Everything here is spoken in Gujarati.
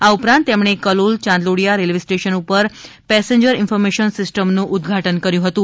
આ ઉપરાત તેમણે કલોલચાંદલોડિયા રેલ્વે સ્ટેશન ઉપર પેંસેંજર ઇન્ફોરમેશન સિસ્ટમનું ઉદઘાટન કર્યુ હતુ